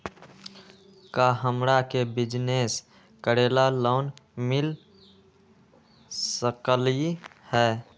का हमरा के बिजनेस करेला लोन मिल सकलई ह?